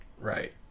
Right